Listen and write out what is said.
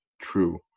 true